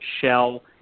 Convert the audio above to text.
Shell